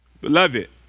Beloved